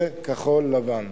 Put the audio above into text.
זה כחול-לבן.